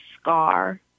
scar